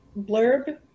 blurb